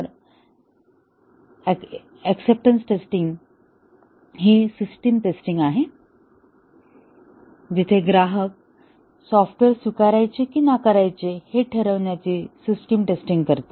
तर acceptance testing ही system testing आहे जिथे ग्राहक सॉफ्टवेअर स्वीकारायचे की नाकारायचे हे ठरवण्यासाठी सिस्टीम टेस्टिंग करते